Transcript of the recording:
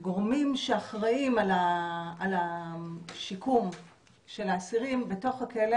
הגורם האחראי על שיקום האסירים בכלא